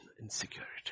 Insecurity